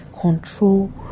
Control